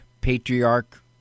patriarch